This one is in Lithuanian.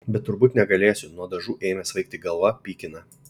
bet turbūt negalėsiu nuo dažų ėmė svaigti galva pykina